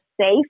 safe